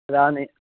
तदानीं